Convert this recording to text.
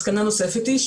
מסקנה נוספת היא,